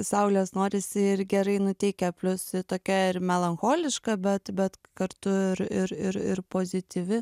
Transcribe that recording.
saulės norisi ir gerai nuteikia plius tokia ir melancholiška bet bet kartu ir ir ir ir pozityvi